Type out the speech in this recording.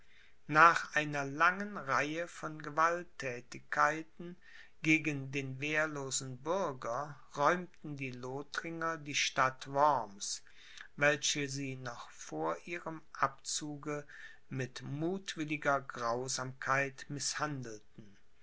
nach einer langen reihe von gewalttätigkeiten gegen den wehrlosen bürger räumten die lothringer die stadt worms welche sie noch vor ihrem abzuge mit muthwilliger grausamkeit mißhandelten